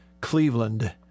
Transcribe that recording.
Cleveland